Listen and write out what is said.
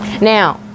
Now